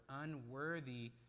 unworthy